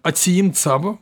atsiimt savo